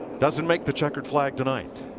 doesn't make the checkered flag tonight.